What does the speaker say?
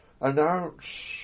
announce